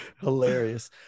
Hilarious